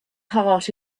heart